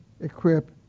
equip